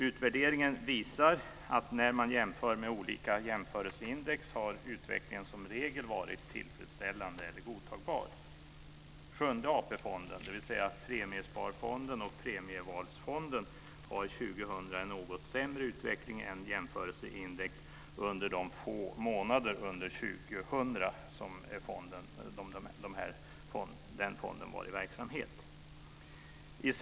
Utvärderingen visar att när man jämför med olika jämförelseindex har utvecklingen som regel varit tillfredsställande eller godtagbar. Sjunde AP-fonden, dvs. Premiesparfonden och Premievalsfonden, hade 2000 en något sämre utveckling än jämförelseindex under de få månader år 2000 som den fonden var i verksamhet.